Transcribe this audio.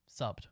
subbed